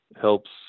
helps